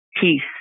peace